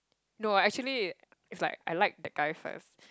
no actually it's like I like the guy first